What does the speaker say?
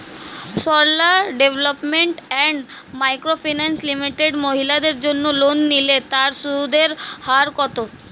Sarala development and micro finance limited মহিলাদের জন্য loan নিলে তার সুদের হার কত?